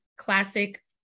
classic